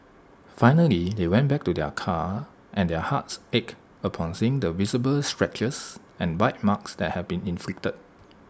finally they went back to their car and their hearts ached upon seeing the visible scratches and bite marks that had been inflicted